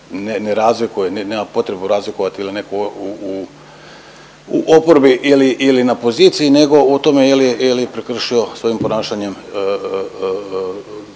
ne razlikuje, nema potrebu razlikovati ili netko u oporbi ili na poziciji nego u tome je li prekršio svojim ponašanjem